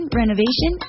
renovation